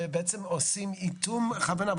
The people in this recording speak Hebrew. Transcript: ובעצם עושים איטום בכוונה,